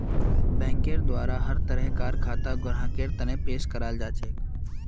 बैंकेर द्वारा हर तरह कार खाता ग्राहकेर तने पेश कराल जाछेक